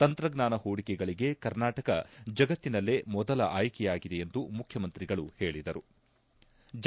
ತಂತ್ರಜ್ವಾನ ಹೂಡಿಕೆಗಳಿಗೆ ಕರ್ನಾಟಕ ಜಗತ್ತಿನಲ್ಲೇ ಮೊದಲ ಆಯ್ಕೆಯಾಗಿದೆ ಎಂದು ಮುಖ್ಚಮಂತ್ರಿಗಳು ಹೇಳದರು